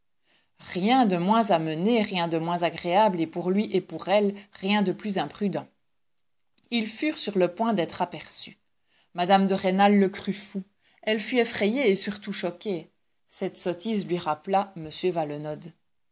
rien de moins amené rien de moins agréable et pour lui et pour elle rien de plus imprudent ils furent sur le point d'être aperçus mme de rênal le crut fou elle fut effrayée et surtout choquée cette sottise lui rappela m valenod